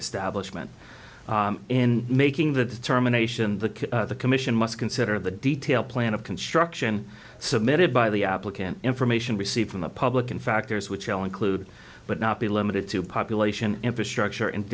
establishment in making the determination the commission must consider the detailed plan of construction submitted by the applicant information received from the public and factors which will include but not be limited to population infrastructure and